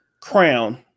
Crown